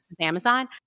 Amazon